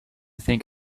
think